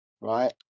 right